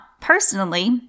Personally